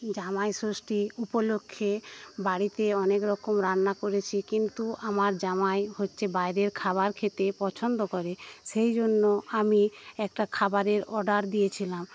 জামাইষষ্ঠী উপলক্ষ্যে বাড়িতে অনেকরকম রান্না করেছি কিন্তু আমার জামাই হচ্ছে বাইরের খাবার খেতে পছন্দ করে সেই জন্য আমি একটা খাবারের অর্ডার দিয়েছিলাম